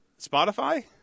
Spotify